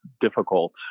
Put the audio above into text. difficult